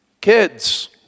kids